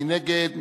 מי נגד?